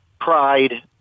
pride